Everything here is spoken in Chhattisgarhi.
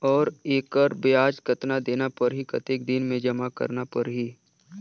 और एकर ब्याज कतना देना परही कतेक दिन मे जमा करना परही??